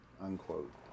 unquote